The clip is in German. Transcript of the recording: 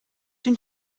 den